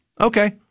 Okay